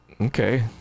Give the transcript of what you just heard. Okay